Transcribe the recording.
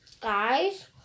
guys